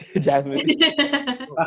jasmine